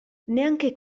neanche